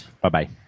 bye-bye